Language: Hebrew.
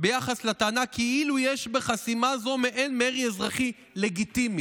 לטענה שיש בחסימה זו מעין מרי אזרחי לגיטימי,